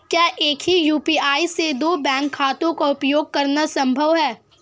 क्या एक ही यू.पी.आई से दो बैंक खातों का उपयोग करना संभव है?